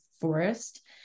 forest